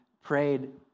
prayed